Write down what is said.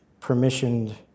permissioned